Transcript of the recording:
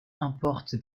importe